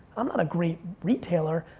i'm not a great retailer,